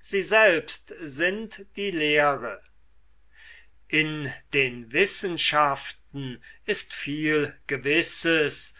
sie selbst sind die lehre in den wissenschaften ist viel gewisses